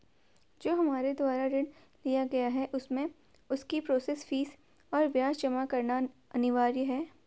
जो हमारे द्वारा ऋण लिया गया है उसमें उसकी प्रोसेस फीस और ब्याज जमा करना अनिवार्य है?